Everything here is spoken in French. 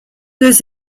deux